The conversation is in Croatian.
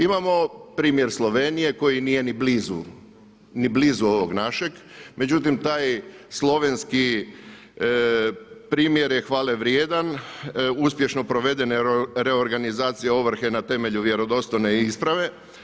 Imamo primjer Slovenije koji nije ni blizu, ni blizu ovog našeg, međutim taj slovenski primjer je hvale vrijedan, uspješno provedene reorganizacije ovrhe na temelju vjerodostojne isprave.